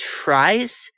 tries